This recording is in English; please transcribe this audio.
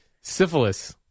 Syphilis